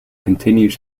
continues